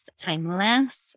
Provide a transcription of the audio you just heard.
timeless